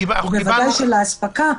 ובוודאי של האספקה,